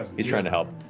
he's trying to help.